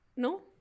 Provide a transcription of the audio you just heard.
No